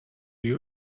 you